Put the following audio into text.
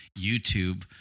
youtube